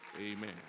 Amen